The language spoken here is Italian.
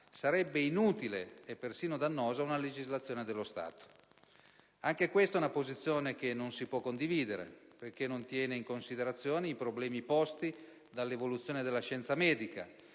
sarebbe inutile e persino dannosa una legislazione dello Stato. Anche questa è una posizione che non si può condividere, perché non tiene in considerazione i problemi posti dall'evoluzione della scienza medica,